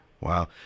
Wow